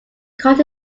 caught